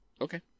Okay